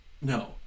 No